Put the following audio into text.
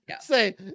say